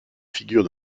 figurent